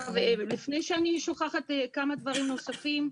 לפני שאני שוכחת כמה דברים נוספים,